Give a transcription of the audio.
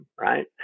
right